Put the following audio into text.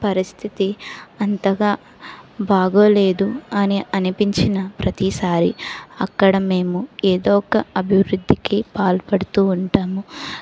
పరిస్థితి అంతగా బాగోలేదు అని అనిపించినా ప్రతిసారి అక్కడ మేము ఏదో ఒక అభివృద్ధికి పాల్పడుతూ ఉంటాము